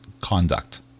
conduct